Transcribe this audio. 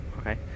Okay